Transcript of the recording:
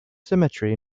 cemetery